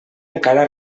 encara